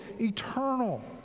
eternal